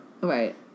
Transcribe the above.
Right